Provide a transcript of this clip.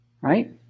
Right